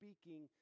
speaking